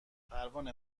پروانه